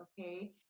Okay